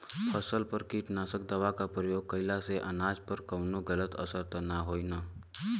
फसल पर कीटनाशक दवा क प्रयोग कइला से अनाज पर कवनो गलत असर त ना होई न?